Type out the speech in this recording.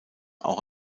auch